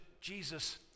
Jesus